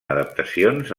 adaptacions